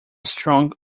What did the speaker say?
strong